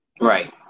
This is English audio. Right